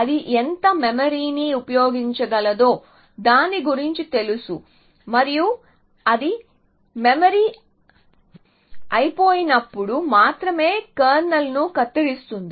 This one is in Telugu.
అది ఎంత మెమరీని ఉపయోగించగలదో దాని గురించి తెలుసు మరియు అది మెమరీ అయిపోయి నప్పుడు మాత్రమే కెర్నల్ను కత్తిరిస్తుంది